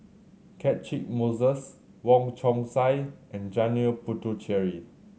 Catchick Moses Wong Chong Sai and Janil Puthucheary